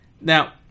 Now